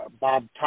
Bob